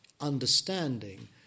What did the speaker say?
understanding